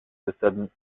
southern